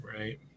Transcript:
Right